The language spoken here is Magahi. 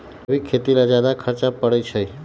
जैविक खेती ला ज्यादा खर्च पड़छई?